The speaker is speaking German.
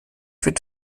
wird